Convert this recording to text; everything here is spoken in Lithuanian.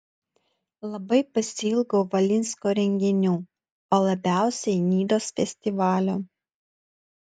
labai pasiilgau valinsko renginių o labiausiai nidos festivalio